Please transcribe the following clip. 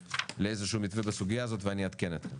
לאיזה שהוא מתווה בסוגיה הזאת ואני אעדכן אתכם.